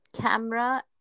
camera